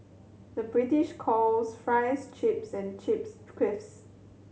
the British calls fries chips and chips crisps